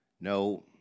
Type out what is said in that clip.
no